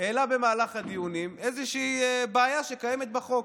העלה במהלך הדיונים איזושהי בעיה שקיימת בחוק: